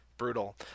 Brutal